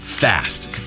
fast